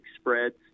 spreads